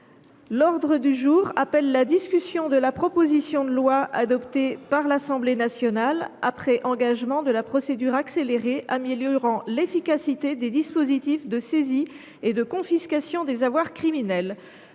professionnel français. Suite de la proposition de loi, adoptée par l’Assemblée nationale après engagement de la procédure accélérée, améliorant l’efficacité des dispositifs de saisie et de confiscation des avoirs criminels